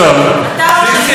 אתה ראש הממשלה,